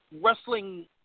wrestling